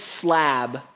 slab